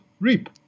reap